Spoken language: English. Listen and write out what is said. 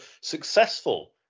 successful